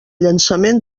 llançament